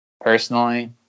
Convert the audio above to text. Personally